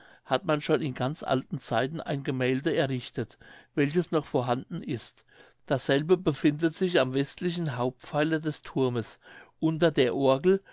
hat man schon in ganz alten zeiten ein gemälde errichtet welches noch vorhanden ist dasselbe befindet sich am westlichen hauptpfeiler des thurms unter der orgel